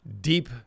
deep